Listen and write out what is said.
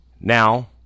Now